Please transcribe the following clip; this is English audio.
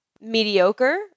mediocre